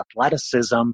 athleticism